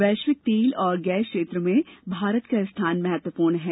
वैश्विक तेल और गैस क्षेत्र में भारत का स्थान महत्वपूर्ण है